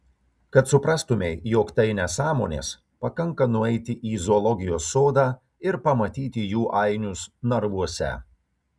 kad suprastumei jog tai nesąmonės pakanka nueiti į zoologijos sodą ir pamatyti jų ainius narvuose